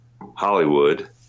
Hollywood